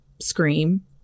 scream